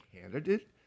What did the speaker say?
candidate